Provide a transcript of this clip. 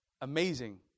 Amazing